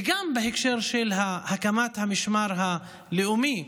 וגם בהקשר של הקמת המשמר הלאומי: